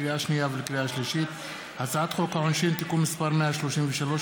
לקריאה שנייה ולקריאה שלישית: הצעת חוק העונשין (תיקון מס' 133,